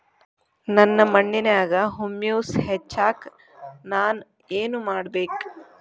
ನನ್ನ ಮಣ್ಣಿನ್ಯಾಗ್ ಹುಮ್ಯೂಸ್ ಹೆಚ್ಚಾಕ್ ನಾನ್ ಏನು ಮಾಡ್ಬೇಕ್?